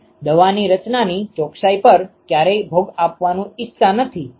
તમે દવાની રચનાની ચોકસાઈ પર ક્યારેય ભોગ આપવાનું ઇચ્છતા નથી